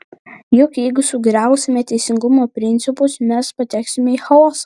juk jeigu sugriausime teisingumo principus mes pateksime į chaosą